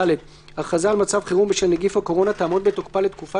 (ד) הכרזה על מצב חירום בשל נגיף הקורונה תעמוד בתוקפה לתקופה